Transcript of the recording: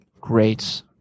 Great